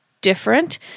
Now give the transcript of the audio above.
different